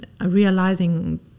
realizing